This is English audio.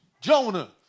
Jonah